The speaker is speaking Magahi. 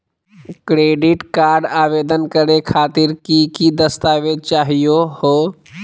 क्रेडिट कार्ड आवेदन करे खातिर की की दस्तावेज चाहीयो हो?